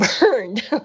burned